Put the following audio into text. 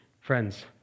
Friends